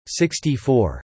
64